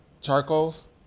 charcoals